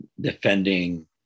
defending